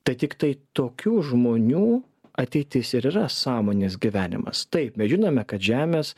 tai tiktai tokių žmonių ateitis ir yra sąmonės gyvenimas taip mes žinome kad žemės